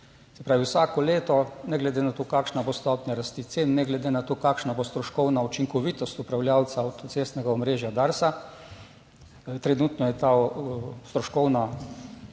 se pravi, vsako leto, ne glede na to, kakšna bo stopnja rasti cen, ne glede na to, kakšna bo stroškovna učinkovitost upravljavca avtocestnega omrežja Darsa. Trenutno je ta stroškovna